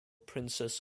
princess